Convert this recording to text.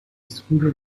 escudo